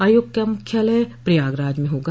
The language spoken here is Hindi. आयोग का मुख्यालय प्रयागराज में होगा